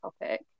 topic